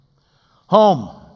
Home